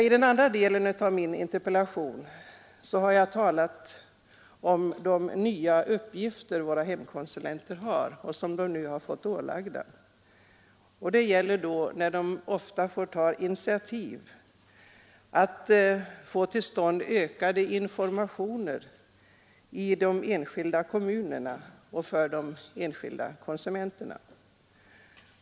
I den andra delen av min interpellation har jag talat om de nya uppgifter våra hemkonsulenter har fått genom att de ofta får ta initiativ för att få till stånd ökad information för de enskilda konsumenterna.